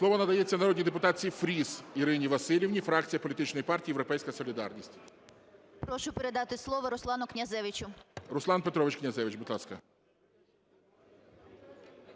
Слово надається народній депутатці Фріз Ірині Василівні, фракція політичної партії "Європейська солідарність". 11:40:08 ФРІЗ І.В. Прошу передати слово Руслану Князевичу. ГОЛОВУЮЧИЙ. Руслан Петрович Князевич, будь ласка.